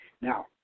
Now